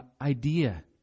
idea